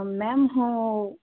ma'am હું